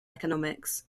economics